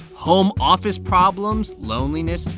home office problems, loneliness,